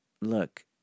look